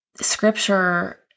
scripture